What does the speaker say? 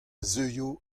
zeuio